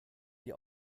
die